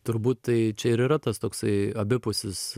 turbūt tai čia ir yra tas toksai abipusis